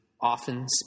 often